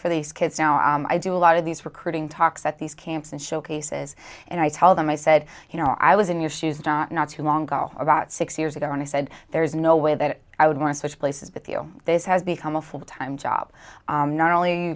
for these kids you know i do a lot of these recruiting talks at these camps and showcases and i tell them i said you know i was in your shoes not too long ago about six years ago and i said there's no way that i would want to switch places with you this has become a full time job not only